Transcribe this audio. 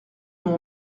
mon